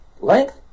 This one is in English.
length